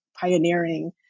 pioneering